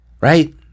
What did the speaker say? right